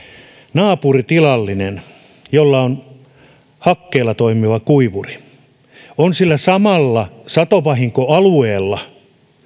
naapuritilallinen jolla on hakkeella toimiva kuivuri ja joka on sillä samalla satovahinkoalueella